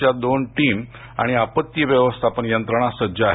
च्या दोन टीम आणि आपत्ती व्यवस्थापन यंत्रणा सज्ज आहे